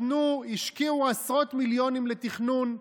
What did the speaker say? השקיעו עשרות מיליונים לתכנון,